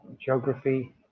geography